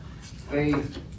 Faith